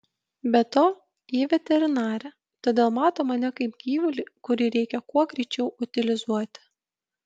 be to ji veterinarė todėl mato mane kaip gyvulį kurį reikia kuo greičiau utilizuoti